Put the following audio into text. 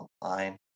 online